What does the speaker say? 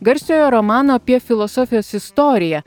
garsiojo romano apie filosofijos istoriją